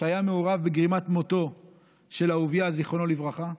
שהיה מעורב בגרימת מותו של אהוביה, זיכרונו לברכה.